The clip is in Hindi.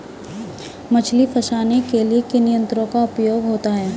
मछली फंसाने के लिए किन यंत्रों का उपयोग होता है?